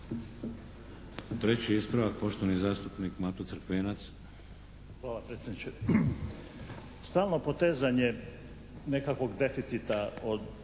Treći ispravak, poštovani zastupnik Mato Crkvenac. **Crkvenac, Mato (SDP)** Hvala predsjedniče. Stalno potezanje nekakvog deficita iz